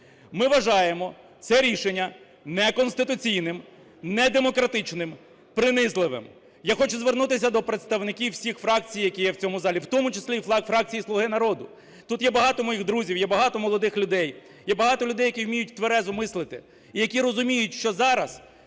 Ми вважаємо це рішення неконституційним, недемократичним, принизливим. Я хочу звернутися до представників всіх фракцій, які є в цьому залі, в тому числі і фракції "Слуги народу". Тут є багато моїх друзів, є багато молодих людей, є багато людей, які вміють тверезо мислити і які розуміють, що зараз